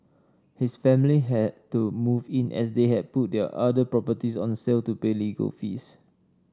his family had to move in as they had put their other properties on sale to pay legal fees